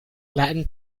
latin